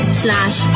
slash